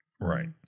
Right